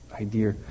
idea